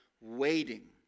waiting